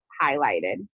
highlighted